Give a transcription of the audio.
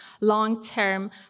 long-term